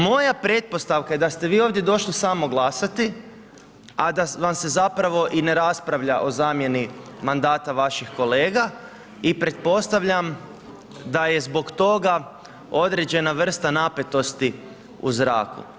Moja pretpostavka, da ste vi došli ovdje samo glasati, a da vam se zapravo i ne raspravlja o zamjeni mandata vaših kolega i pretpostavljam, da je zbog toga, određena vrsta napetosti u zraku.